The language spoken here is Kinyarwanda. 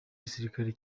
gisirikare